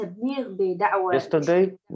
Yesterday